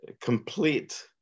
complete